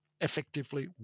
effectively